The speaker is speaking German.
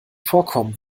vorkommen